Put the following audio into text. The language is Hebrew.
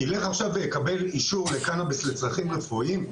יילך עכשיו ויקבל אישור לקנביס לצרכים רפואיים?